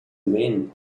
win